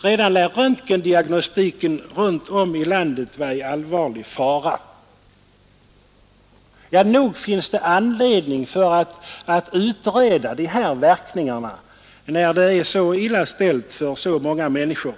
Redan lär röntgendiagnostiken runt om i landet vara i allvarlig fara. Nog finns det anledning att utreda de här verkningarna när det är så illa ställt för många människor.